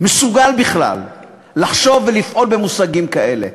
מסוגל בכלל לחשוב ולפעול במושגים כאלה?